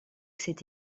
cette